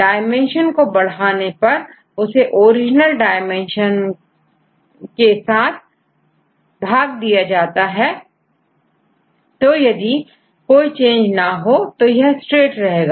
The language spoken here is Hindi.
डायमेंशन को बढ़ाने पर उसे ओरिजिनल डायमेंशन से भाग दिया जाता है तो यदि यदि कोई चेंज ना हो तो यह स्ट्रेट रहेगा